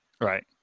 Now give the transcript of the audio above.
Right